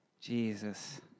Jesus